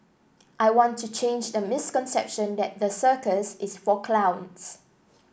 I want to change the misconception that the circus is for clowns